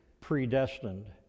predestined